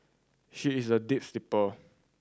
she is a deep sleeper